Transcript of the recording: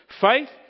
faith